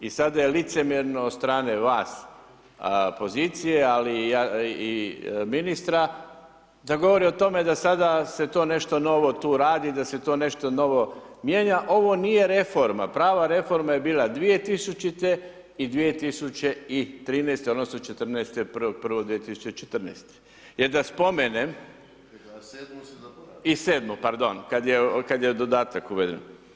I sada je licemjerno od strane vas pozicije, ali i ministra da govori o tome da sada se to nešto novo tu radi, da se to nešto novo mijenja, ovo nije reforma, prava reforma je bila 2000. i 2013., odnosno 1.1.2014. jer da spomenem. … [[Upadica se ne čuje.]] I 7. pardon, kad je dodatak uveden.